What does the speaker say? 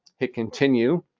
hit continue,